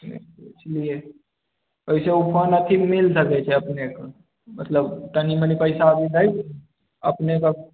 ओहिसे ओ फोन अथी मिल सकै छै अपनेके मतलब तनी मनि पैसा अपनेके